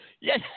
Yes